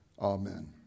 Amen